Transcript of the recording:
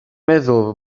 meddwl